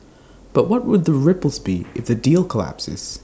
but what would the ripples be if the deal collapses